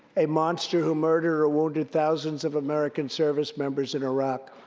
a monster who murdered or wounded thousands of american service members in iraq.